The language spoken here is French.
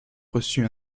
reçut